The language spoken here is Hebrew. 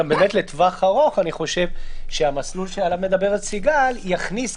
לטווח הארוך אני חושב שהמסלול שעליו מדברת סיגל יכניס,